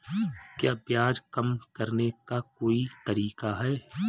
क्या ब्याज कम करने का कोई तरीका है?